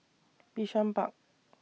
Bishan Park